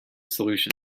solution